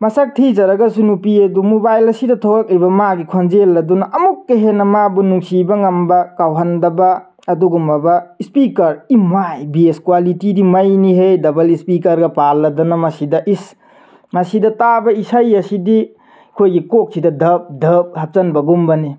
ꯃꯁꯛ ꯊꯤꯖꯔꯒꯁ ꯅꯨꯄꯤ ꯑꯗꯨ ꯃꯣꯕꯥꯏꯜ ꯑꯁꯤꯗ ꯊꯣꯛꯂꯛꯂꯤꯕ ꯃꯥꯒꯤ ꯈꯣꯟꯖꯦꯜ ꯑꯗꯨꯅ ꯑꯃꯨꯛꯀ ꯍꯦꯟꯅ ꯃꯥꯕꯨ ꯅꯨꯡꯁꯤꯕ ꯉꯝꯕ ꯀꯥꯎꯍꯟꯗꯕ ꯑꯗꯨꯒꯨꯝꯂꯕ ꯏꯁꯄꯤꯀꯔ ꯏꯃꯥꯏ ꯕꯦꯖ ꯀ꯭ꯋꯥꯂꯤꯇꯤꯗꯤ ꯃꯩꯅꯤꯍꯦ ꯗꯕꯜ ꯏꯁꯄꯤꯀꯔꯒ ꯄꯥꯜꯂꯗꯅ ꯃꯁꯤꯗ ꯏꯁ ꯃꯁꯤꯗ ꯇꯥꯕ ꯏꯁꯩ ꯑꯁꯤꯗꯤ ꯑꯩꯈꯣꯏꯒꯤ ꯀꯣꯛꯁꯤꯗ ꯙꯞ ꯙꯞ ꯍꯥꯞꯆꯤꯟꯕꯒꯨꯝꯕꯅꯤ